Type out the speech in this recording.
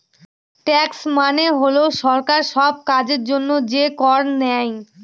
tax মানে হল সরকার সব কাজের জন্য যে কর নেয়